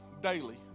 daily